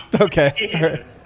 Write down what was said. Okay